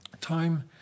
time